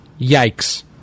Yikes